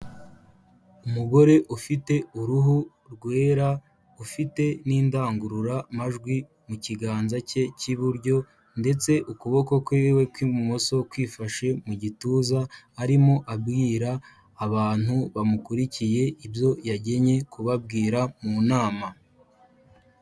Umugore ufite uruhu rwera, ufite n'indangururamajwi mu kiganza cye cy'iburyo ndetse ukuboko kwiwe kw'ibumoso kwifashe mu gituza arimo abwira abantu bamukurikiye ibyo yagennye kubabwira mu nama.